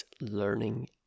learning